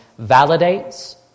validates